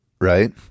Right